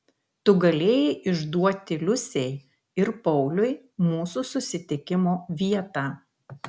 tu galėjai išduoti liusei ir pauliui mūsų susitikimo vietą